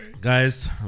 Guys